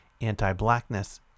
anti-blackness